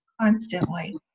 constantly